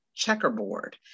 checkerboard